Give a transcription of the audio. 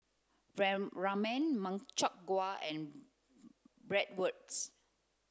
Ramen Makchang gui and Bratwurst